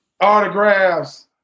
autographs